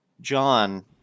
John